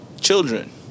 children